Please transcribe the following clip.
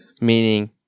meaning –